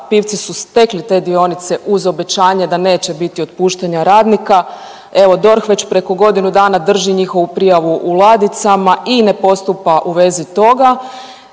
Pivci su stekli te dionice uz obećanje da neće biti otpuštanja radnika. Evo, DORH već preko godinu dana drži njihovu prijavu u ladicama i ne postupa u vezi toga.